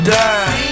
die